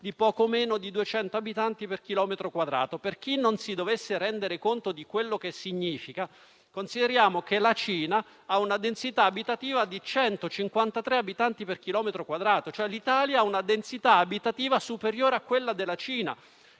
di poco inferiore ai 200 abitanti per chilometro quadrato. Per chi non si dovesse rendere conto di ciò che significa, consideriamo che la Cina ha una densità abitativa di 153 abitanti per chilometro quadrato: l'Italia quindi ha una densità abitativa superiore a quella della Cina.